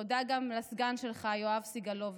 תודה גם לסגן שלך יואב סגלוביץ'.